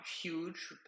huge